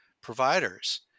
providers